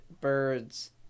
birds